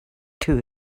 too